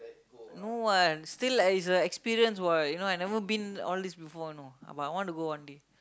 no what still like it's a experience you know I never been all this before know I might want to go one day